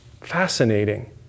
Fascinating